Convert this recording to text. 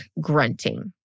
grunting